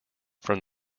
from